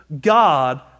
God